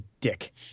dick